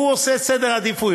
והוא עושה את סדר העדיפויות,